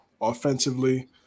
offensively